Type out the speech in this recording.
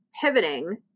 pivoting